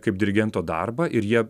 kaip dirigento darbą ir jie